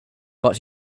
but